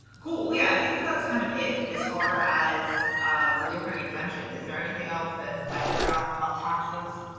cool. yeah i think that that's kind of it as far as the different exemptions. is there anything else that i forgot about taxes?